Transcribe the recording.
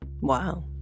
Wow